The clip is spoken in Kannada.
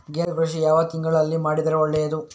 ಗೇರು ಕೃಷಿ ಯಾವ ತಿಂಗಳಲ್ಲಿ ಮಾಡಿದರೆ ಒಳ್ಳೆಯದು?